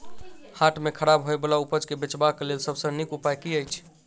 हाट मे खराब होय बला उपज केँ बेचबाक क लेल सबसँ नीक उपाय की अछि?